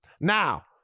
Now